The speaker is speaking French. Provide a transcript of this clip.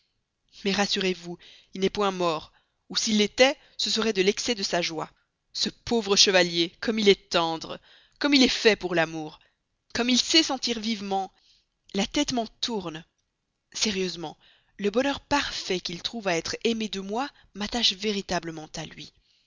mais rassurez-vous il n'est point mort ou s'il l'était ce serait de l'excès de sa joie ce pauvre chevalier comme il est tendre comme il est fait pour l'amour comme il sait sentir vivement la tête m'en tourne sérieusement le bonheur parfait qu'il trouve à être aimé de moi m'attache véritablement à lui